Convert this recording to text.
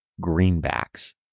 greenbacks